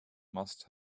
must